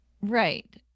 Right